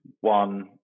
one